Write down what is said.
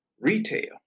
retail